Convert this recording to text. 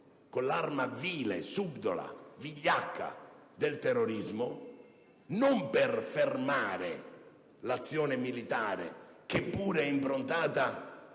con l'arma vile, subdola e vigliacca del terrorismo non per fermare l'azione militare, che pure è improntata